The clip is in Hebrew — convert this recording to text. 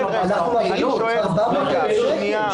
אנחנו מעבירים 400,000 שקל,